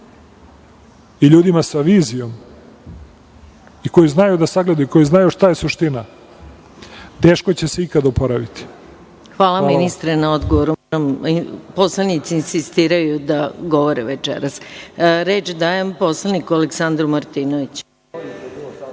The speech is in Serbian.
i ljudima sa vizijom i koji znaju da sagledaju i koji znaju šta je suština, teško će se ikada oporaviti. Hvala vam. **Maja Gojković** Hvala, ministre na odgovoru. Poslanici insistiraju da govore večeras. Reč daje poslaniku Aleksandru Martinoviću.